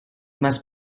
must